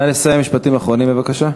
נא לסיים, משפטים אחרונים בבקשה.